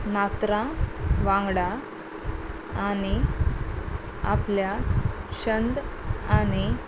नातरां वांगडा आनी आपल्या छंद आनी